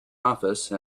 office